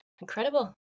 Incredible